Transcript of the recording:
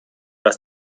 was